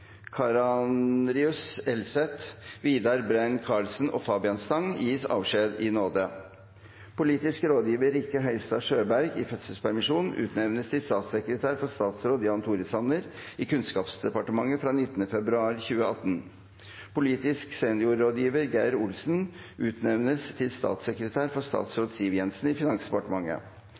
Elseth, Vidar Brein-Karlsen og Fabian Stang gis avskjed i nåde. Politisk rådgiver Rikke Høistad Sjøberg utnevnes til statssekretær for statsråd Jan Tore Sanner i Kunnskapsdepartementet fra 19. februar 2018. Politisk seniorrådgiver Geir Olsen utnevnes til statssekretær for statsråd Siv Jensen i Finansdepartementet.